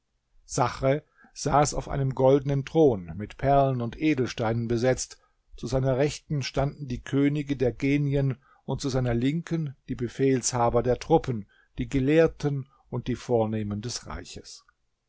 sachr saß auf einem goldenen thron mit perlen und edelsteinen besetzt zu seiner rechten standen die könige der genien und zu seiner linken die befehlshaber der truppen die gelehrten und die vornehmen des reiches